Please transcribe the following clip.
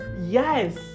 Yes